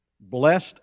blessed